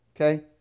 Okay